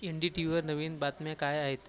N D T व्हीवर नवीन बातम्या काय आहेत